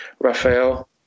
Rafael